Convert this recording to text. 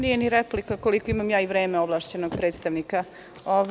Nije ni replika, koliko imam ja i vreme ovlašćenog predstavnika.